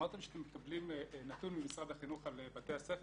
אמרתם שאתם מקבלים נתון ממשרד החינוך על בתי הספר